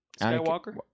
Skywalker